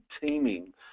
teaming